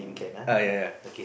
uh ya ya